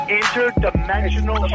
interdimensional